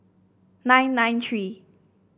nine nine three